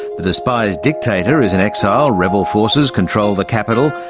the despised dictator is in exile, rebel forces control the capital,